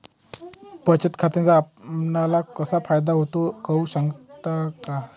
बचत खात्याचा आपणाला कसा फायदा होतो? सांगू शकता का?